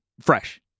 fresh